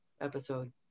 episode